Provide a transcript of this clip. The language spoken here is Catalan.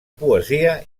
poesia